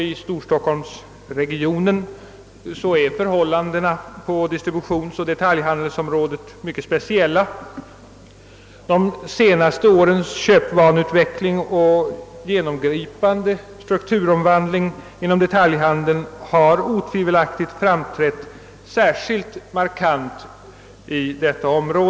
I storstockholmsregionen är förhållandena på distributionsoch detaljhandelsområdet mycket speciella. De senaste årens köpvaneutveckling och genomgripande strukturomvandling inom detaljhandeln har otvivelaktigt framträtt särskilt markant inom detta område.